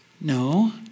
no